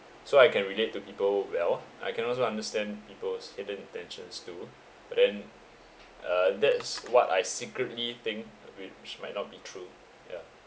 so I can relate to people well I can also understand people's hidden intentions too but then uh that's what I secretly think which might not be true yeah